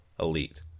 elite